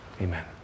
Amen